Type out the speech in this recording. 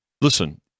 Listen